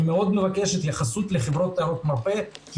אני מאוד מבקש התייחסות לחברות תיירות מרפא כי